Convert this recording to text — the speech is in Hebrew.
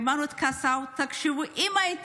אם היימנוט קסאו הייתה